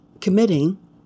committing